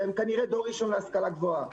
שהם כנראה דור ראשון להשכלה גבוהה,